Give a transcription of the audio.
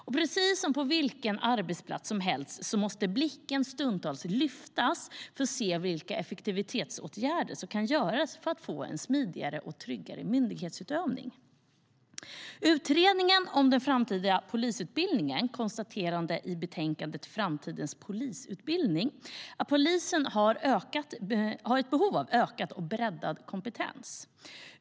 Och precis som på vilken arbetsplats som helst måste blicken stundtals lyftas för att se vilka effektivitetsåtgärder som kan göras för att få en smidigare och tryggare myndighetsutövning. Utredningen om den framtida polisutbildningen konstaterar i betänkandet Framtidens polisutbildning att polisen har ett behov av ökad och breddad kompetens.